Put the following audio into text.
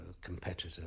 competitor